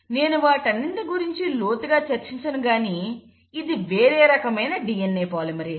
నేను వాటన్నింటి గురించి లోతుగా చర్చించను గాని ఇది వేరే ఒక రకమైన DNA పాలిమరేస్